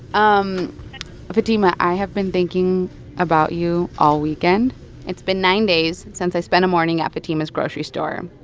um fatima, i have been thinking about you all weekend it's been nine days since i spent a morning at fatima's grocery store.